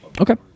Okay